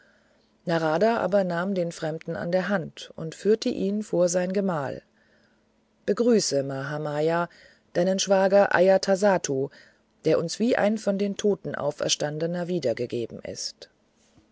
narada aber nahm den fremden an der hand und führte ihn vor sein gemahl begrüße mahamaya deinen schwager ajatasattu der uns wie ein von den toten auferstandener wiedergegeben ist